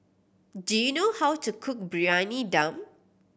do you know how to cook Briyani Dum